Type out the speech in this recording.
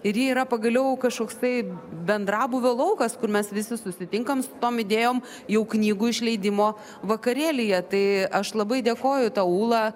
ir yra pagaliau kažkoksai bendrabūvio laukas kur mes visi susitinkam su tom idėjom jau knygų išleidimo vakarėlyje tai aš labai dėkoju tau ūla